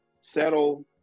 settle